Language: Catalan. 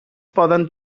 poden